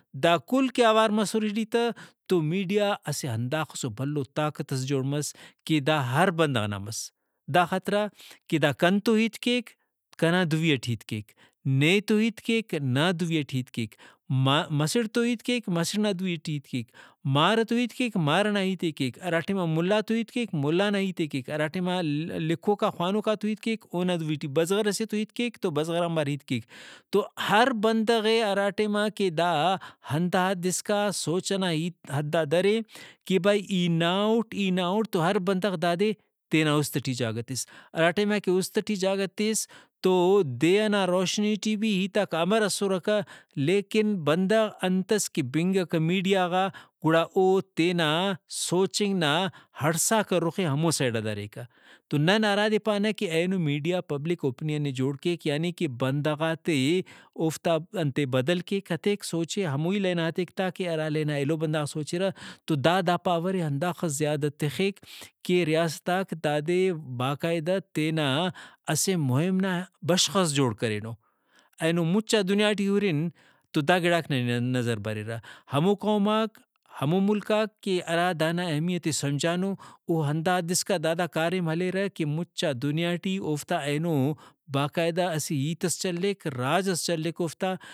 دا کل کہ اوار مسر ایٹی تہ تو میڈیا اسہ ہنداخسو بھلو طاقتس جوڑ مس کہ دا ہر بندغ نا مس۔ دا خاطرا کہ دا کنتو ہیت کیک کنا دُوی اٹ ہیت کیک نے تو ہیت کیک نا دوی اٹ ہیت کیک مسڑ تو ہیت کیک مسڑ نا دوی ٹی ہیت کیک ۔مارئتو ہیت کیک مار ئنا ہیتے کیک ہراٹائما مُلا تو ہیت کیک مُلا نا ہیتے کیک ہرا ٹائما لکھوکا خوانوکاتو ہیت کیک اونا دوی ٹی بزغر سے تو ہیت کیک تو بزغران بار ہیت کیک تو ہر بندغے ہراٹائما کہ دا ہندا حد اسکا سوچ ئنا ہیت حدا درے کہ بھئی ای نا اُٹ ای نا اُٹ تو ہر بندغ دادے تینا اُست ٹی جاگہ تس۔ ہراٹائما کہ اُست ٹی جاگہ تس تو دے ئنا روشنی ٹی بھی ہیتاک ہمر اسرکہ لیکن بندغ انتس کہ بنگکہ میڈیا غا گڑا او تینا سوچنگ نا ہڑساکہ رُخے ہمو سیڈا دریکہ ۔تو نن ہرادے پانہ کہ اینو میڈیا پبلک اوپنیئن ئے جوڑ کیک یعنی کہ بندغاتے اوفتا انتے بدل کیک ہتیک سوچے ہموہی لائنا ہتیک تاکہ ہرا لائن آ ایلو بندغاک سوچرہ۔ تو دا دا پاور ئے ہنداخس زیادہ تخک کہ ریاستاک دادے باقاعدہ تینا اسہ مہم نا بشخس جوڑ کرینو۔ اینو مُچا دنیا ٹی ہُرن تو دا گڑاک ننے نظر بریرہ ہمو قوماک ہمو ملکاک کہ ہرا دانا اہمیت ئے سمجھانو او ہندا حد اسکا دادا کاریم ہلیرہ کہ مُچا دنیا ٹی اوفتا اینو باقاعدہ اسہ ہیتس چلیک راج ئس چلیک اوفتا